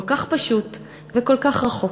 כל כך פשוט וכל כך רחוק.